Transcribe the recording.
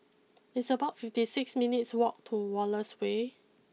it's about fifty six minutes' walk to Wallace way